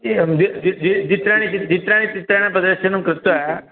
एवं द्वित्राणि द्वित्राणि चित्राणां प्रदर्शनं कृत्वा